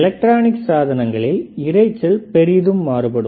electronic சாதனங்களில் இரைச்சல் பெரிதும் மாறுபடும்